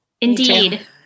Indeed